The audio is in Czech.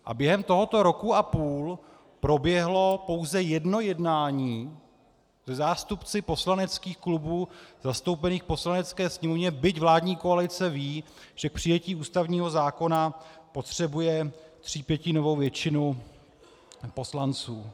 A během tohoto roku a půl proběhlo pouze jedno jednání se zástupci poslaneckých klubů zastoupených v Poslanecké sněmovně, byť vládní koalice ví, že k přijetí ústavního zákona potřebuje třípětinovou většinu poslanců.